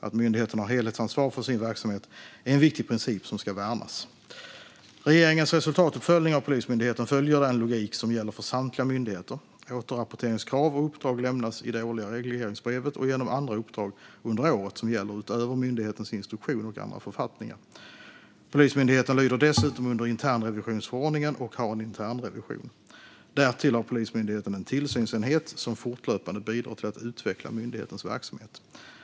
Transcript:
Att myndigheten har helhetsansvar för sin verksamhet är en viktig princip som ska värnas. Regeringens resultatuppföljning av Polismyndigheten följer den logik som gäller för samtliga myndigheter. Återrapporteringskrav och uppdrag lämnas i det årliga regleringsbrevet och genom andra uppdrag under året som gäller utöver myndighetens instruktion och andra författningar. Polismyndigheten lyder dessutom under internrevisionsförordningen och har en internrevision. Därtill har Polismyndigheten en tillsynsenhet som fortlöpande bidrar till att utveckla myndighetens verksamhet.